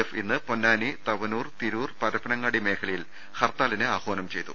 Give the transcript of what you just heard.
F ഇന്ന് പൊന്നാനി തവനൂർ തിരൂർ പരപ്പനങ്ങാടി മേഖലയിൽ ഹർത്താലിന് ആഹ്വാനം ചെയ്തു